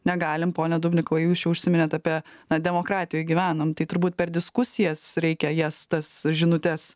negalim pone dubnikovai jūs čia užsiminėt apie na demokratijoje gyvenam tai turbūt per diskusijas reikia jas tas žinutes